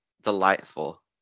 delightful